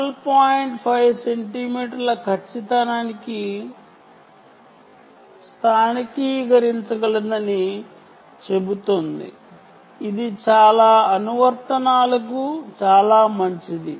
5 సెంటీమీటర్ల ఖచ్చితత్వానికి స్థానికీకరించగలదని చెబుతుంది ఇది చాలా అనువర్తనాలకు చాలా మంచిది